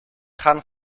gaan